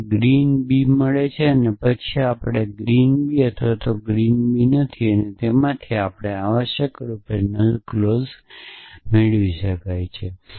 તમને green b મળે છે અને પછી આપણે ગ્રીન b અથવા ગ્રીન b નથી અને તેમાંથી આપણને આવશ્યકરૂપે નલ ક્લૉજ મળે છે